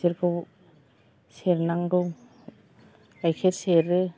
बिसोरखौ सेरनांगौ गाइखेर सेरो